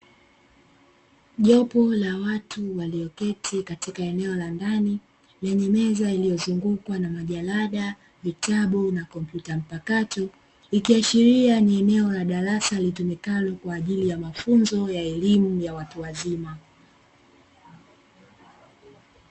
Jopo la watu walioketi katika eneo la ndani lenye meza, iliyozungukwa na majarada, vitabu na kompyuta mpakato ikiashiria ni eneo la darasa litumikalo kwa ajili ya mafunzo ya elimu ya watu wazima.